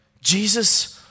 Jesus